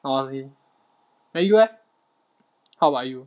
honestly then you leh how about you